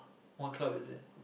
what club is it